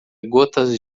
gotas